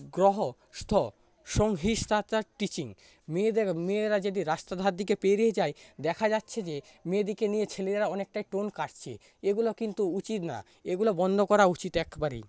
teaching মেয়েদের মেয়েরা যদি রাস্তার ধার দিয়ে পেরিয়ে যায় দেখা যাচ্ছে যে মেয়েদেরকে নিয়ে ছেলেরা অনেকটা টোন কাটছে এগুলি কিন্তু উচিত না এগুলি বন্ধ করা উচিত একেবারেই